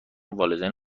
والدین